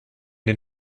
den